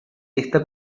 está